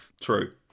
True